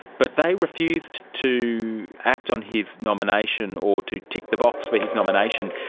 but they refused to act on his nomination or to tick the box for his nomination.